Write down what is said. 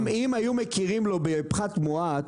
אם היו מכירים לו בפחת מואץ,